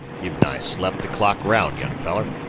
you've nigh slep' the clock round, young feller,